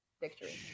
Victory